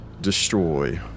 destroy